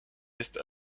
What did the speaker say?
est